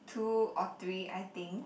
two or three I think